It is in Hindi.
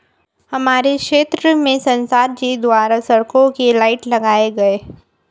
हमारे क्षेत्र में संसद जी द्वारा सड़कों के लाइट लगाई गई